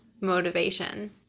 motivation